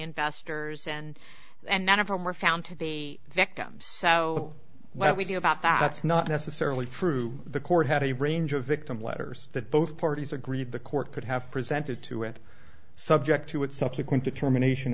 investors and and none of them were found to be victims so what we do about that that's not necessarily true the court had a range of victim letters that both parties agreed the court could have presented to it subject to its subsequent determination